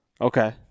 Okay